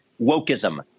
wokeism